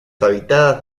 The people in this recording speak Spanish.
habitadas